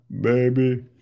baby